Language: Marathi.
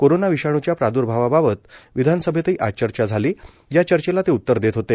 कोरोना विषाणूच्या प्रादुर्भावाबाबत विधानसभेतही आज चर्चा झाली या चर्चेला ते उत्तर देत होते